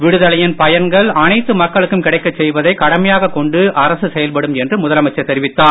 விடுதலையின் பயன்கள் அனைத்து மக்களுக்கும் கிடைக்கச் செய்வதை செயல்படும் கடமையாக கொண்டு அரசு என்று முதலமைச்சர் தெரிவித்தார்